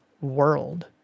world